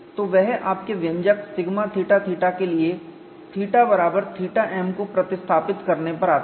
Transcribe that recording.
तो वह आपके व्यंजक σθθ के लिए θ बराबर θm को प्रतिस्थापित करने पर आता है